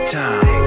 time